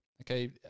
okay